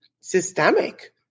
systemic